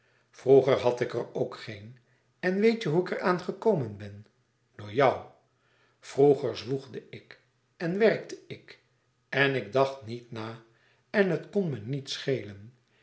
vroeger had ik er ook geen en weet je hoe ik er aan gekomen ben door jou vroeger zwoegde ik en werkte ik en ik dacht niet na en het kon me niet schelen